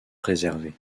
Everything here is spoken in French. préservée